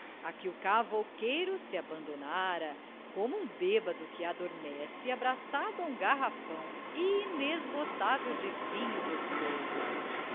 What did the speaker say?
a que o cavouqueiro se abandonara como um bêbedo que adormece abraçado a um garrafão inesgotável de vinho gostoso